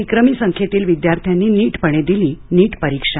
विक्रमी संख्येतील विद्यार्थ्यांनी नीटपणे दिली नीट परीक्षा